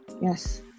Yes